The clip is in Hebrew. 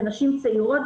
זה נשים צעירות,